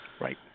Right